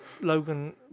Logan